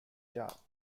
chart